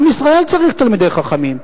עם ישראל צריך תלמידי חכמים.